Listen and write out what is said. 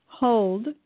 hold